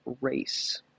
race